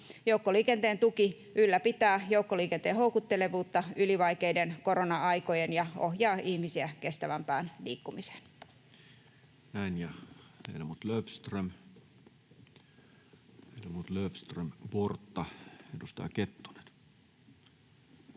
Joukkoliikenteen tuki ylläpitää joukkoliikenteen houkuttelevuutta yli vaikeiden korona-aikojen ja ohjaa ihmisiä kestävämpään liikkumiseen.